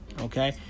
okay